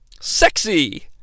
sexy